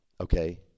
okay